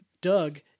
Doug